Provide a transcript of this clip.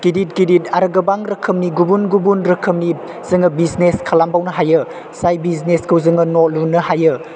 गिदिर गिदिर आरो गोबां रोखोमनि गुबुन गुबुन रोखोमनि जों बिजिनेस खालामबावनो हायो जाय बिजिनेसखौ जों न' लुनो हायो